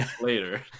Later